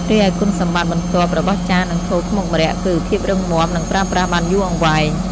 រីឯគុណសម្បត្តិបន្ទាប់របស់ ចាន និងថូខ្មុកម្រ័ក្សណ៍គឺ ភាពរឹងមាំនិងប្រើប្រាស់បានយូរអង្វែង។